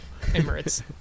Emirates